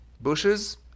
bushes